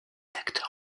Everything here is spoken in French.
rédacteur